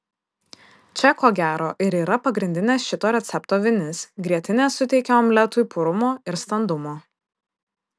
čia ko gero ir yra pagrindinė šito recepto vinis grietinė suteikia omletui purumo ir standumo